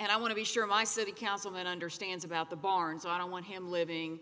and i want to be sure my city councilman understands about the barns i don't want him living